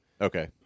Okay